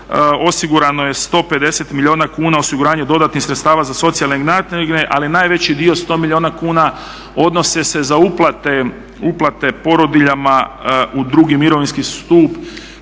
Osigurano je 150 milijuna kuna u osiguranju dodatnih sredstava za socijalne naknade ali najveći dio 100 milijuna kuna odnose se za uplate porodiljama u drugi mirovinski stup